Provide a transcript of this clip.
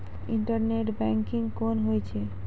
Internet banking कोना होय छै?